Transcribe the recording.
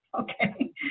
Okay